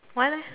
why leh